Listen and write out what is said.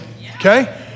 okay